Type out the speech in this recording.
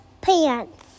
Pants